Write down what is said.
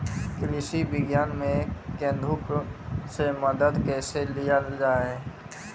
कृषि विज्ञान केन्द्रऽक से मदद कैसे लिया जाय?